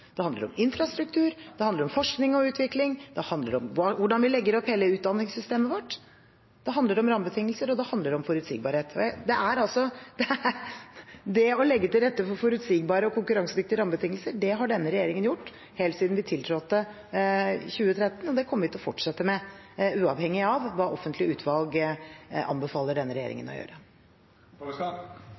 det handler om infrastruktur, det handler om forskning og utvikling, det handler om hvordan vi legger opp hele utdanningssystemet vårt, det handler om rammebetingelser, og det handler om forutsigbarhet. Det å legge til rette for forutsigbare og konkurransedyktige rammebetingelser har denne regjeringen gjort helt siden den tiltrådte i 2013. Det kommer vi til å fortsette med, uavhengig av hva offentlige utvalg anbefaler denne regjeringen å